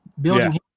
building